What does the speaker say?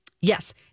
Yes